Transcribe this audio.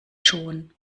schon